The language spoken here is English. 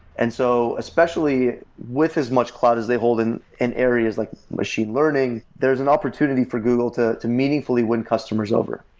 and so especially with as much cloud as they hold in and areas like machine learning, there's an opportunity for google to to meaningfully win customers over.